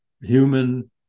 human